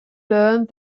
learned